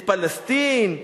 את פלסטין,